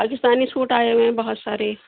Pakistani suit آئے ہیں بہت سارے